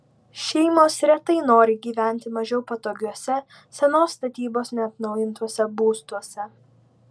šeimos retai nori gyventi mažiau patogiuose senos statybos neatnaujintuose būstuose